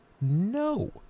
No